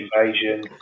invasion